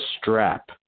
strap